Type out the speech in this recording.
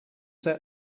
just